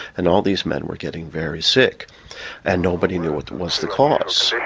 and all these men were getting very sick and nobody knew what was the cause.